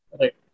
right